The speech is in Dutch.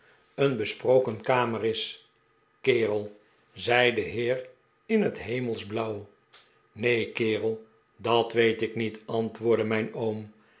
een besproken kamer is kerel zei de heer in het hemelsblauw neen kerel dat weet ik niet antwoordcle mijn oom